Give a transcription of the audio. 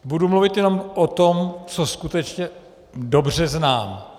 Budu mluvit jenom o tom, co skutečně dobře znám.